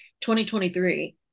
2023